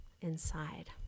inside